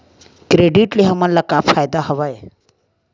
Credit ले हमन ला का फ़ायदा हवय?